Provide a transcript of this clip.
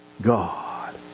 God